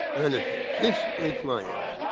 relatives, this requires,